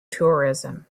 tourism